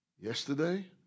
Yesterday